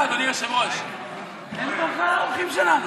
אדוני, תברך אותם.